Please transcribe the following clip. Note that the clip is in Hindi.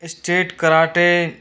state karate